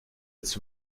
its